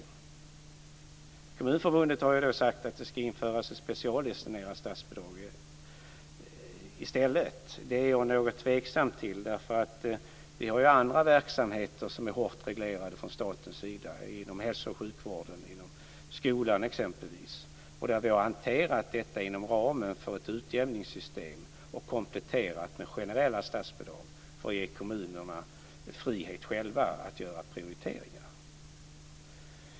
Från Kommunförbundet har man sagt att det i stället ska införas ett specialdestinerat statsbidrag. Detta är jag något tveksam till. Vi har ju andra verksamheter som är hårt reglerade från statens sida, exempelvis inom hälso och sjukvården och skolan, som vi har hanterat inom ramen för ett utjämningssystem och kompletterat med generella statsbidrag för att ge kommunerna frihet att själva göra prioriteringar.